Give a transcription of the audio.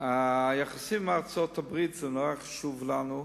היחסים עם ארצות-הברית מאוד חשובים לנו,